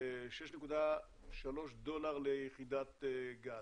6.3 דולר ליחידת גז,